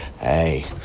Hey